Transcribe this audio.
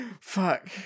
fuck